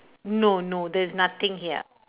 no no there's nothing here